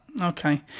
Okay